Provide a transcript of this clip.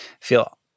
feel